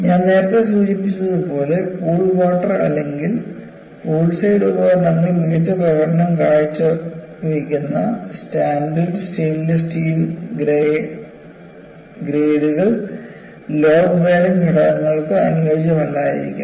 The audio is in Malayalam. ഞാൻ നേരത്തെ സൂചിപ്പിച്ചതുപോലെ പൂൾ വാട്ടർ അല്ലെങ്കിൽ പൂൾസൈഡ് ഉപകരണങ്ങളിൽ മികച്ച പ്രകടനം കാഴ്ചവയ്ക്കുന്ന സ്റ്റാൻഡേർഡ് സ്റ്റെയിൻലെസ് സ്റ്റീൽ ഗ്രേഡുകൾ ലോഡ് ബെയറിംഗ് ഘടകങ്ങൾക്ക് അനുയോജ്യമല്ലായിരിക്കാം